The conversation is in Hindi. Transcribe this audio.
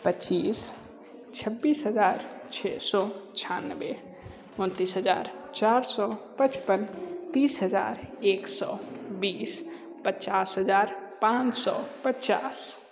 पच्चीस छब्बीस हज़ार छः सौ छ्यान्वे उन्तीस हज़ार चार सौ पचपन तीस हज़ार एक सौ बीस पचास हज़ार पाँच सौ पचास